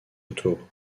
retour